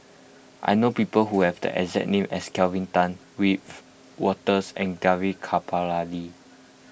I know people who have the exact name as Kelvin Tan Wiebe Wolters and Gaurav Kripalani